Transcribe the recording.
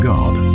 God